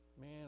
Man